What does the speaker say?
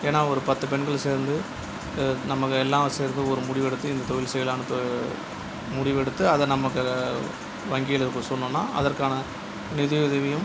ஏன்னால் ஒரு பத்து பெண்கள் சேர்ந்து நமக்கு எல்லாம் சேர்ந்து ஒரு முடிவு எடுத்து இந்த தொழில் செய்யலாம் முடிவு எடுத்து அதை நமக்கு வங்கியில் இப்போ சொன்னோனால் அதற்கான நிதி உதவியும்